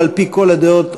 על-פי כל הדעות,